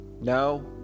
No